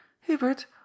Hubert